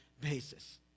basis